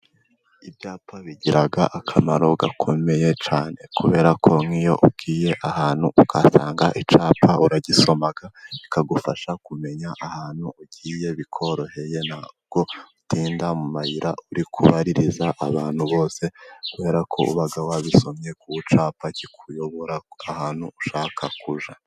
Ibyapa bigira, akamaro gakomeye cyane, kubera ko nk'iyo ugiye ahantu ukahasanga icyapa, uragisoma, bikagufasha kumenya ahantu ugiye bikoroheye, ntabwo utinda mu mayira uri kubaririza abantu bose, kubera ko uba wabisomye ku cyapa kikuyobora ahantu ushaka kuzajya.